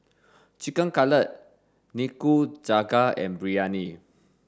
Chicken Cutlet Nikujaga and Biryani